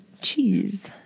cheese